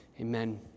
Amen